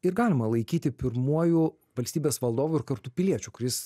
ir galima laikyti pirmuoju valstybės valdovu ir kartu piliečiu kuris